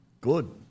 Good